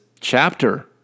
chapter